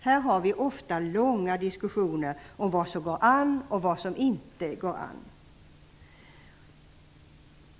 Här har vi ofta långa diskussioner om vad som går an och vad som inte går an.